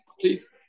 Please